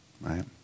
right